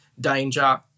danger